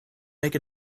make